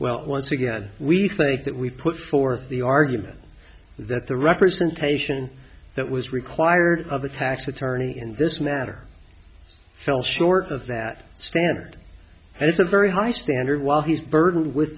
well once again we think that we put forth the argument that the representation that was required of a tax attorney in this matter fell short of that standard and it's a very high standard while he's burdened with